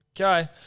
Okay